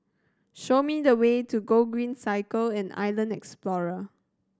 show me the way to Gogreen Cycle and Island Explorer